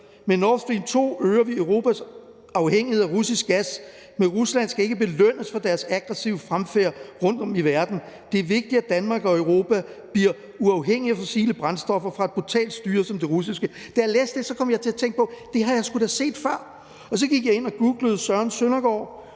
Med Nord Stream 2 øger vi Europas afhængighed af russisk gas, men Rusland skal ikke belønnes for sin aggressive fremfærd rundtom i verden; det er vigtigt, at Danmark og Europa bliver uafhængige af fossile brændstoffer fra et brutalt styre som det russiske. Da jeg læste det, kom jeg til at tænke på, at det har jeg sgu da set før. Og så gik jeg ind og googlede Søren Søndergaard,